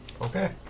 Okay